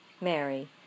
Mary